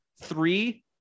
three